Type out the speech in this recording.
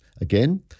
Again